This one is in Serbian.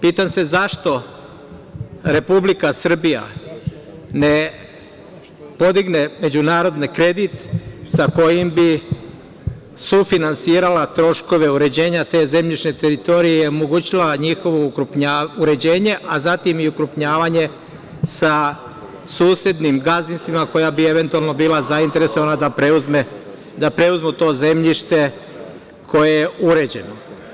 Pitam se, zašto Republika Srbija ne podigne međunarodni kredit sa kojim bi sufinansirala troškove uređenja te zemljišne teritorije, omogućila njihovo uređenje, a zatim i ukrupnjavanje sa susednim gazdinstvima koja bi eventualno bila zainteresovana da preuzmu to zemljište koje je uređeno?